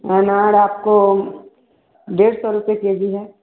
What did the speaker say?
अनार आपको डेढ़ सौ रुपये के जी है